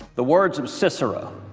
the works of cicero,